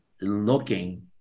looking